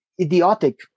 idiotic